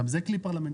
גם זה כלי פרלמנטרי.